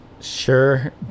Sure